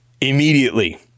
immediately